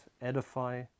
edify